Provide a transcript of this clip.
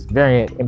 variant